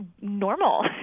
normal